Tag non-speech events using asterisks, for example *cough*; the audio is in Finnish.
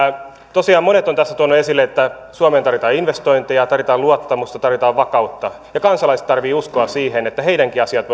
tosiaan monet ovat tässä tuoneet esille että suomeen tarvitaan investointeja tarvitaan luottamusta tarvitaan vakautta ja kansalaiset tarvitsevat uskoa siihen että heidänkin asiansa *unintelligible*